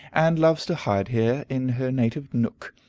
and loves to hide here in her native nook,